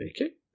Okay